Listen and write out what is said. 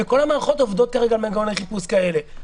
וכל המערכות עובדות כרגע על מנגנוני חיפוש כאלה.